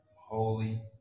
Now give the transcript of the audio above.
holy